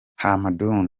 hamadoun